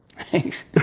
Thanks